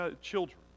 children